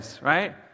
right